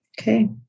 Okay